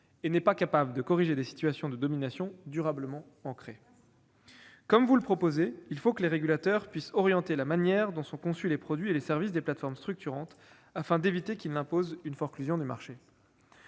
et ne permet pas de corriger des situations de domination durablement ancrées. Comme vous le proposez, mesdames, messieurs les sénateurs, il faut que les régulateurs puissent orienter la manière dont sont conçus les produits et les services des plateformes structurantes, afin d'éviter qu'elles n'imposent une forclusion du marché.